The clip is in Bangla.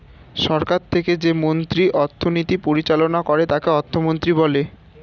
সরকার থেকে যে মন্ত্রী অর্থনীতি পরিচালনা করে তাকে অর্থমন্ত্রী বলে